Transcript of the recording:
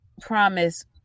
promise